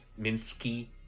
Minsky